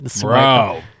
Bro